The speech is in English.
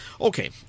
Okay